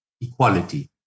equality